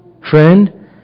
Friend